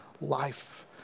life